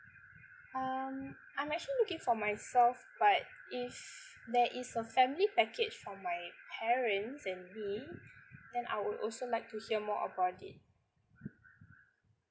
um I'm actually looking for myself but if there is a family package for my parents and me then I would also like to hear more about it